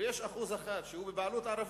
ו-1% הוא בבעלות ערבית,